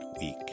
week